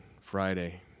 Friday